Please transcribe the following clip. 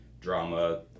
drama